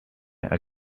are